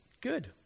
good